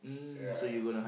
ya